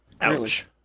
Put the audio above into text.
ouch